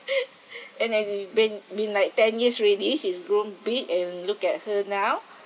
and then when you've been been like ten years already she's grown big and look at her now